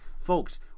Folks